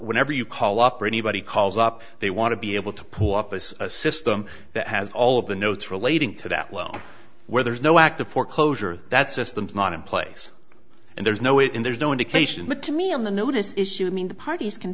whenever you call up or anybody calls up they want to be able to pull up as a system that has all of the notes relating to that well where there's no act of foreclosure that system's not in place and there's no it in there's no indication but to me on the notice issue i mean the parties can